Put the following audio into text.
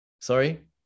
sorry